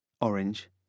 orange